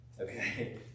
Okay